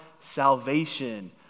salvation